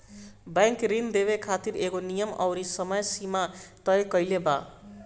bank ऋण देवे खातिर एगो नियम अउरी समय सीमा तय कईले बा